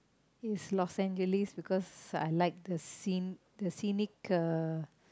is Los-Angeles because I like the scene the scenic uh